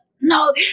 no